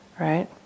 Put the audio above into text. right